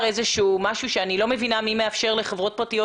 הנושא של מים זה נושא מאוד חשוב בכל המסיבות.